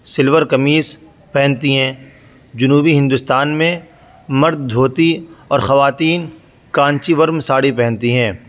شلوار قمیص پہنتی ہیں جنوبی ہندوستان میں مرد دھوتی اور خواتین کانچی ورم ساڑی پہنتی ہیں